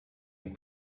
and